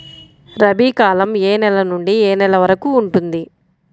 రబీ కాలం ఏ నెల నుండి ఏ నెల వరకు ఉంటుంది?